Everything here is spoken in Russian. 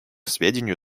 сведению